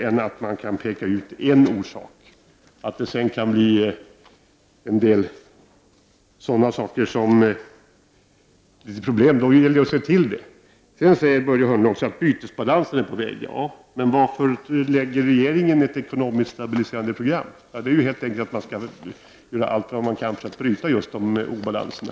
Men det är klart att inflation alltid ställer till en mängd problem. Börje Hörnlund säger också att bytesbalansen är på väg åt fel håll. Javisst, men varför lägger regeringen fram ett ekonomiskt stabiliserande program? Jo, det gör man just för att försöka bryta obalanserna.